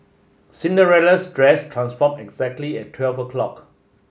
Cinderella's dress transformed exactly at twelve o'clock